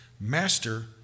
Master